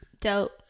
Dope